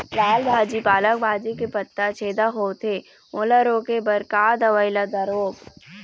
लाल भाजी पालक भाजी के पत्ता छेदा होवथे ओला रोके बर का दवई ला दारोब?